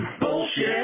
Bullshit